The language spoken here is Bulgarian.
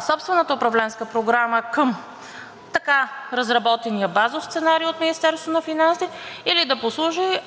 собствената управленска програма към така разработения базов сценарий от Министерството на финансите или да послужи